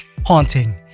haunting